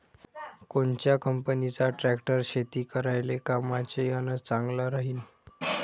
कोनच्या कंपनीचा ट्रॅक्टर शेती करायले कामाचे अन चांगला राहीनं?